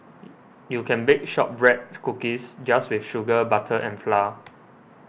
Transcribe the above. you can bake Shortbread Cookies just with sugar butter and flour